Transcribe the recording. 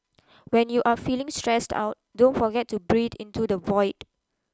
when you are feeling stressed out don't forget to breathe into the void